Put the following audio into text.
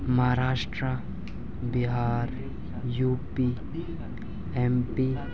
Maharashtra Bihar U P M P